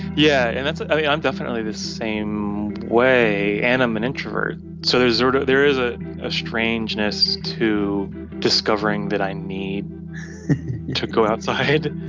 yeah, and ah i'm yeah i'm definitely the same way, and i'm an introvert, so there sort of there is a ah strangeness to discovering that i need to go outside.